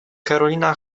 karolina